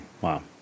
Wow